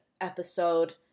episode